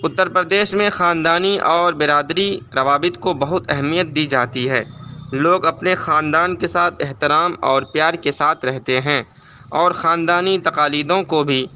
اترپردیش میں خاندانی اور برادری روابط کو بہت اہمیت دی جاتی ہے لوگ اپنے خاندان کے ساتھ احترام اور پیار کے ساتھ رہتے ہیں اور خاندانی تقالیدوں کو بھی